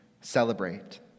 celebrate